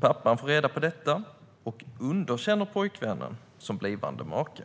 Pappan får reda på detta och underkänner pojkvännen som blivande make.